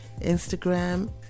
Instagram